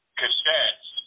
cassettes